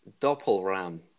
Doppelram